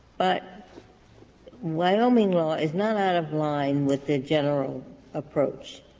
but wyoming law is not out of line with the general approach.